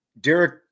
Derek